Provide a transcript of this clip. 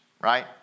right